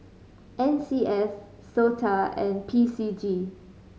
N C S SOTA and P C G